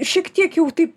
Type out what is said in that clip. šiek tiek jau taip